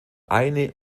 eine